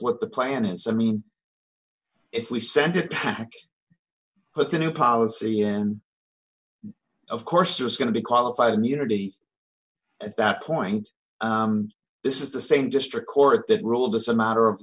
what the plan is i mean if we send it back put a new policy and of course there's going to be qualified immunity at that point this is the same district court that ruled as a matter of